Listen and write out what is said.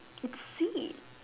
it's sweet